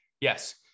Yes